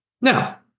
now